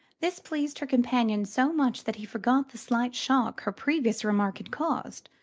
this pleased her companion so much that he forgot the slight shock her previous remark had caused